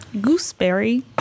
Gooseberry